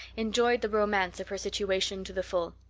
enjoyed the romance of her situation to the full.